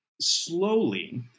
slowly